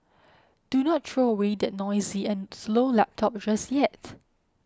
do not throw away that noisy and slow laptop just yet